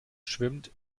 schwimmt